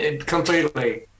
Completely